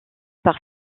par